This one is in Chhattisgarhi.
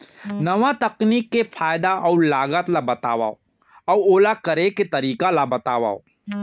नवा तकनीक के फायदा अऊ लागत ला बतावव अऊ ओला करे के तरीका ला बतावव?